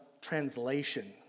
translation